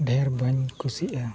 ᱰᱷᱮᱹᱨ ᱵᱟᱹᱧ ᱠᱩᱥᱤᱜᱼᱟ